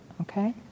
okay